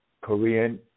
Korean